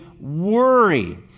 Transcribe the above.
worry